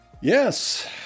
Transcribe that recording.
Yes